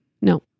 No